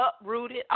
uprooted